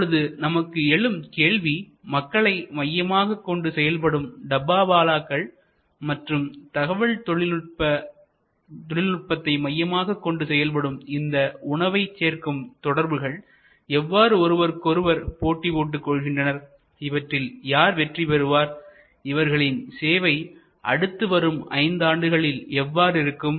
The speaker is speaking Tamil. இப்பொழுது நமக்கு எழும் கேள்வி மக்களை மையமாகக் கொண்டு செயல்படும் டப்பாவாலாக்கள் மற்றும் தகவல் தொழில் நுட்பத்தை மையமாகக் கொண்டு செயல்படும் இந்த உணவை சேர்க்கும் தொடர்புகள் எவ்வாறு ஒருவருக்கு ஒருவர் போட்டி போட்டுக் கொள்கின்றனர் இவற்றில் யார் வெற்றி பெறுவார் இவர்களின் சேவை அடுத்து வரும் ஐந்து ஆண்டுகளில் எவ்வாறு இருக்கும்